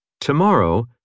Tomorrow